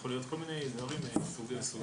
הוא יכול להיות כל מיני דברים וסוגים שונים.